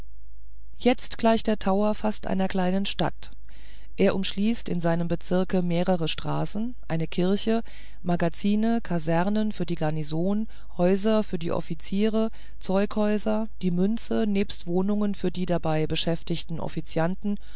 jetzt gleicht der tower fast einer kleinen stadt er umschließt in seinem bezirke mehrere straßen eine kirche magazine kasernen für die garnison häuser für die offiziere zeughäuser die münze nebst wohnungen für die dabei beschäftigten offizianten